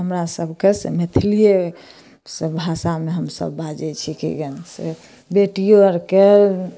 हमरा सबके से मैथलीए से भाषामे हमसब बाजै छी की जानु से बेटिओ आरके